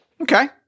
Okay